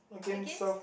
again